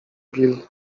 bill